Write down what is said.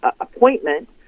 appointment